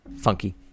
funky